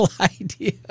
idea